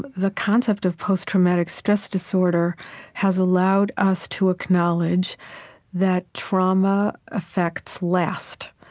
the concept of post-traumatic stress disorder has allowed us to acknowledge that trauma effects last.